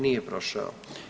Nije prošao.